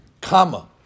comma